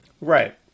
Right